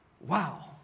Wow